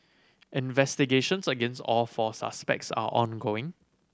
investigations against all four suspects are ongoing